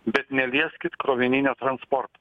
bet nelieskit krovininio transporto